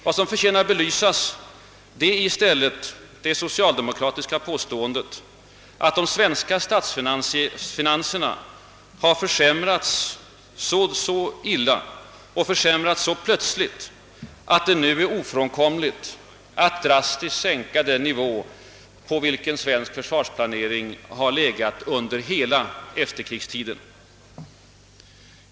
Vad som förtjänar att belysas är i stället det socialdemokratiska påståendet, att de svenska statsfinanserna har försämrats så kraftigt och så plötsligt att det nu är ofrånkomligt att drastiskt sänka den nivå på vilken svensk försvarsplanering legat under hela efterkrigstiden.